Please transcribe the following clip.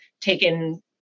taken